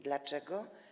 Dlaczego?